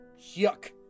yuck